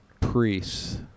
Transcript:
priests